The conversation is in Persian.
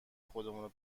خودمونه